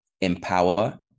empower